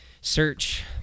search